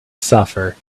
suffer